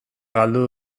galdu